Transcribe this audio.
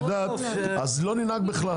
אז לא ננהג בכלל.